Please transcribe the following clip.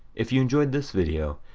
if you enjoyed this video,